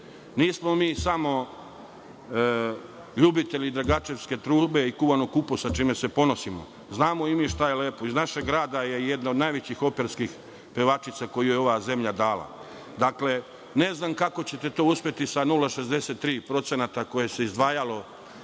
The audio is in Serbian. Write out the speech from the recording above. Užicu. Nismo mi samo ljubitelji Dragačevske trube i kuvanog kupusa, čime se ponosimo. Znamo i mi šta je lepo. Iz našeg grada je jedna od najvećih operskih pevačica koju je ova zemlja dala. Ne znam kako ćete to uspeti sa 0,63% koje se izdvajalo